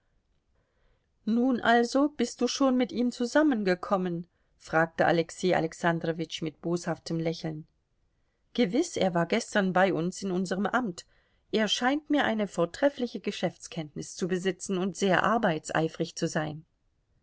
nun also bist du schon mit ihm zusammengekommen fragte alexei alexandrowitsch mit boshaftem lächeln gewiß er war gestern bei uns in unserm amt er scheint mir eine vortreffliche geschäftskenntnis zu besitzen und sehr arbeitseifrig zu sein